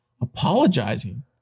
apologizing